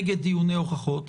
נגד דיוני הוכחות,